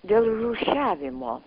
dėl rūšiavimo